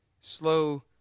slow